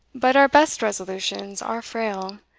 but our best resolutions are frail,